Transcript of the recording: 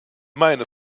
meine